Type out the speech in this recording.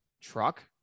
Truck